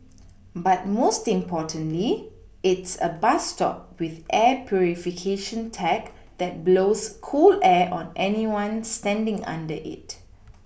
but most importantly it's a bus stop with air purification tech that blows cool air on anyone standing under it